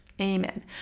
amen